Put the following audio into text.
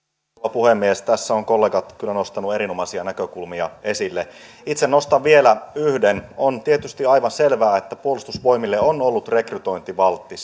puhemies tässä ovat kollegat kyllä nostaneet erinomaisia näkökulmia esille itse nostan vielä yhden on tietysti aivan selvää että puolustusvoimille se on ollut rekrytointivaltti